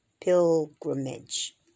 pilgrimage